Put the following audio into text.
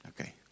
Okay